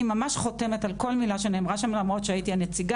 אני ממש חותמת על כל מילה שנאמרה שם למרות שהייתי הנציגה